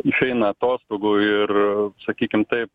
išeina atostogų ir sakykim taip